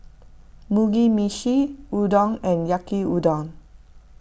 Mugi Meshi Udon and Yaki Udon